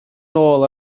nôl